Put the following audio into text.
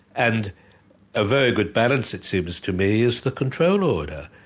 and a very good balance it seems to me, is the control order,